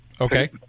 Okay